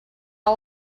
all